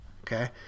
Okay